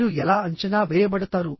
మీరు ఎలా అంచనా వేయబడతారు